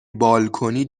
بالکنی